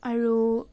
আৰু